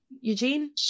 Eugene